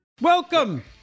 Welcome